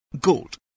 gold